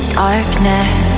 darkness